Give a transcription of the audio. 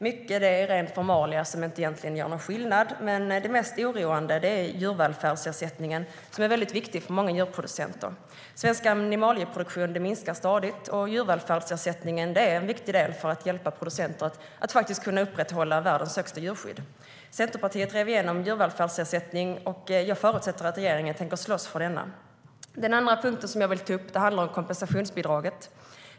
Mycket av det är rena formalia som egentligen inte gör någon skillnad, men det mest oroande är djurvälfärdsersättningen, som är väldigt viktig för många djurproducenter. Svensk animalieproduktion minskar stadigt. Djurvälfärdsersättningen är en viktig del för att hjälpa producenter att kunna upprätthålla världens högsta djurskydd. Centerpartiet drev igenom djurvälfärdsersättningen, och jag förutsätter att regeringen tänker slåss för denna. Det andra handlar om kompensationsbidraget.